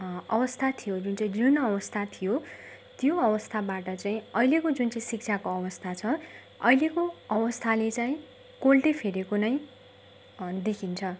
अवस्था थियो जुन चाहिँ जीर्ण अवस्था थियो त्यो अवस्थाबाट चाहिँ अहिलेको जुन चाहिँ शिक्षाको अवस्था छ अहिलेको अवस्थाले चाहिँ कोल्टे फेरेको नै देखिन्छ